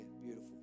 Beautiful